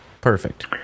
Perfect